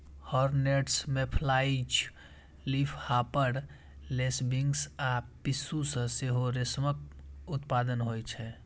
hornets, mayflies, leafhopper, lacewings आ पिस्सू सं सेहो रेशमक उत्पादन होइ छै